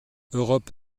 europe